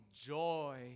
joy